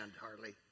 hardly